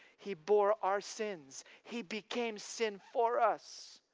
he bore our sins. he became sin for us,